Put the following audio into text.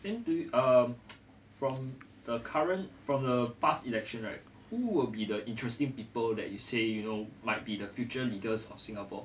then do um from the current from the past election right who will be the interesting people that you say you know might be the future leaders of singapore